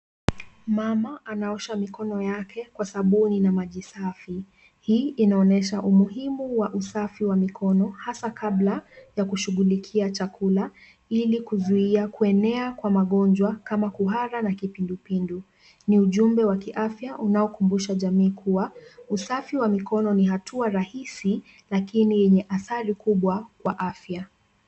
Mama anaosha mikono yake kwa sababu kwa sabuni na maji safi. Hii inaonesha umuhimu wa usafi wa mikono, hasa kabla ya kushughulikia chakula. Ili kuzuia kuenea kwa magonjwa kama kuhara na kipindupindu, ni ujumbe wa kiafya unaokumbusha jamii kuwa usafi wa mikono ni hatua rahisi lakini yenye athari kubwa kwa afya.